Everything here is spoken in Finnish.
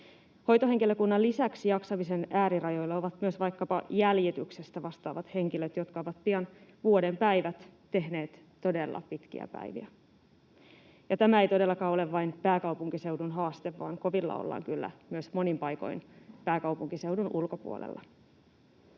Hoitohenkilökunnan lisäksi jaksamisen äärirajoilla ovat myös vaikkapa jäljityksestä vastaavat henkilöt, jotka ovat pian vuoden päivät tehneet todella pitkiä päiviä. Ja tämä ei todellakaan ole vain pääkaupunkiseudun haaste, vaan kovilla ollaan kyllä monin paikoin myös pääkaupunkiseudun ulkopuolella.